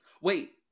Wait